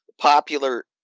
popular